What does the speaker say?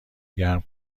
گرم